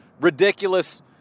Ridiculous